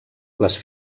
les